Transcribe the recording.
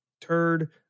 turd